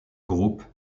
groupe